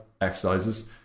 exercises